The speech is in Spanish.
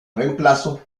reemplazo